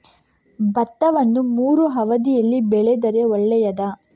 ಭತ್ತವನ್ನು ಮೂರೂ ಅವಧಿಯಲ್ಲಿ ಬೆಳೆದರೆ ಒಳ್ಳೆಯದಾ?